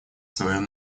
своем